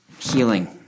Healing